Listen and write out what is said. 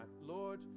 Lord